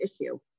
issue